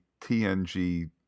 TNG